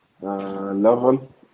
level